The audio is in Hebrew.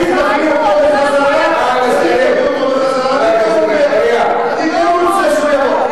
אני מאוד מעריכה אותך, לא, לא, אני לא אאפשר.